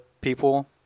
people